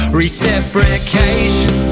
reciprocation